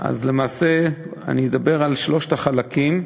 למעשה אני אדבר על שלושת החלקים,